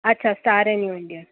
अच्छा स्टार ऐं new Indian